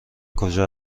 کجا